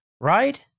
Right